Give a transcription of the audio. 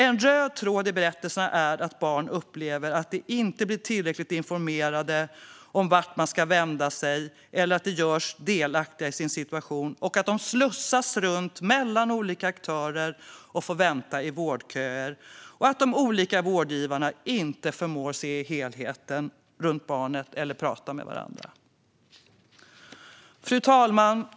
En röd tråd i berättelserna är att barn upplever att de inte blir tillräckligt informerade eller görs delaktiga i sin situation, att de slussas runt mellan aktörer eller får vänta i vårdköer, och att de olika vårdgivarna inte förmår se helheten runt barnet." Fru talman!